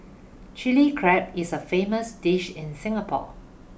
Chilli Crab is a famous dish in Singapore